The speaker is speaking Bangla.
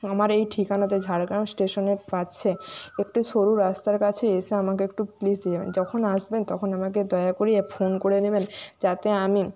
আমার এই ঠিকানাতে ঝাড়গ্রাম স্টেশনের একটি সরু রাস্তার কাছে এসে আমাকে একটু প্লিজ দিয়ে যখন আসবেন তখন আমাকে দয়া করে ফোন করে নিবেন যাতে আমি